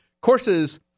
courses